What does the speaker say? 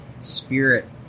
spirit